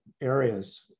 areas